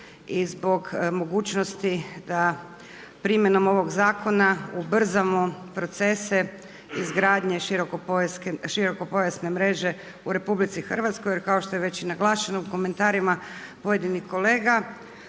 i zbog mogućnosti da primjenom ovog zakona ubrzamo procese izgradnje širokopojasne mreže u RH jer kao što je već i naglašeno u komentarima pojedinih kolega.